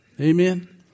Amen